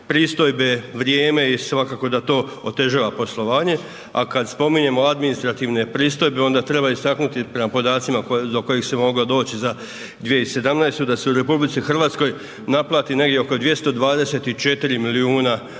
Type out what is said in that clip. pristojbe, vrijeme i svakako da to otežava poslovanje. A kad spominjemo administrativne pristojbe, onda treba istaknuti prema podacima do kojih se moglo doći za 2017. da se u RH naplati negdje oko 224 milijuna